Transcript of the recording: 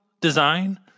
design